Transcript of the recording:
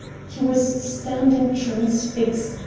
he was standing transfixed,